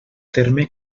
terme